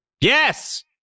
Yes